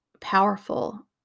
powerful